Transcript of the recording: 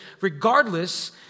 Regardless